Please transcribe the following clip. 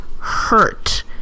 hurt